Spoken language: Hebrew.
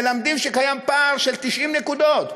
מלמדים שקיים פער של 90 נקודות,